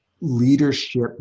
leadership